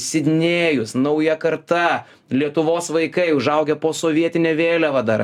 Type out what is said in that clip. sidnėjus nauja karta lietuvos vaikai užaugę po sovietine vėliava dar